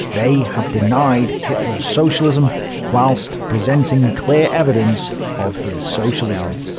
they have denied hitler's socialism whilst presenting clear evidence of his socialism.